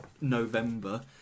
November